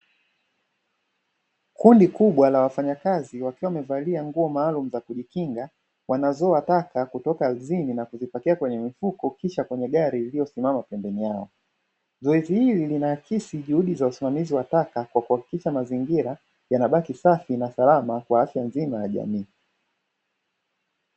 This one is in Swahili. Kundi kubwa la wafanya kazi wakiwa wamevaa nguo maalumu za kujikinga wanazoa taka kutoka ardhini na kuzipakia kwenye mifuko kisha kwenye gari iliyosimama pembeni yao. Zoezi hili linaakisi juhudi za usimamizi wa taka kwa kuhakikisha mazingira yanabaki safi na salama kwa afya ya jamii nzima.